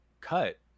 cut